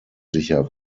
sicher